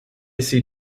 see